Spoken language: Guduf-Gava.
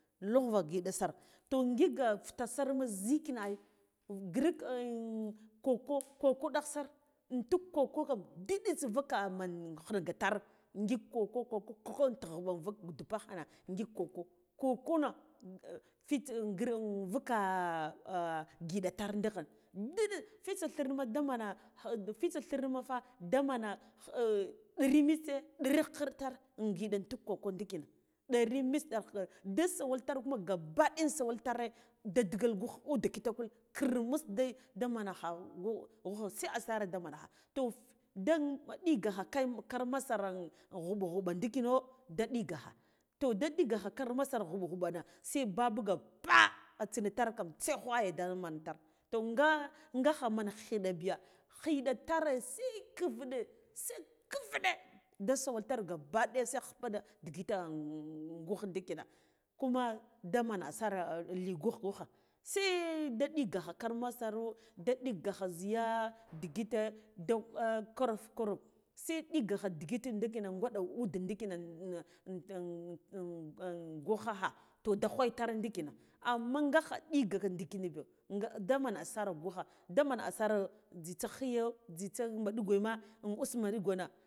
Lugva ngiɗa sar toh giga fitasar ma zhikan ai girik koko koko ɗaghsar intuk koko kam didits vuka man khinga tar ngik koko koko koko in tughɓa vuk gubu ppa hana ngik koko koko na fitsa vuka ngiɗa tar ndikina diɗits fitsa thirma damana ha fitsa thirma mata damana ɗan mitse ɗari khikirɗ tar in giɗe intuk koko ndikina ɗen nitse ɗari da sawal tar kuma gabba ɗaya in sawal tsne da digal gugh ude kitakul kirmus da da makha se asara daman na to da ɗigaha kay karan masara ngu nghuɓa nguɓo ndikino da nigakha toh da ɗigakha kar masara ba se babuga pa atsina tar kan se ghwaya daman tir toh nga ngakhaman khiɗa biya khiɗa tare se akviɗe se khiviɗe de sawal tar gabbaɗaya se khuɓa da digite in gugh ndikina kuma da man asara li gugh gughkha se da digakha kar masaro da ɗigakha zliya ndigite da da korof koro se nɗigagha digit dnikina gwaɗa ude ndikina gughaha toh da ghway tar ndikina ammen gakha ɗigaka digina ba daman asara gugha daman asara jzitsa kliyo jzitsa maɗugwe ma un us maɗugwe.